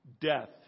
death